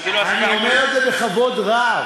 אבל זו לא הסיבה אני אומר את זה בכבוד רב.